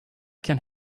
can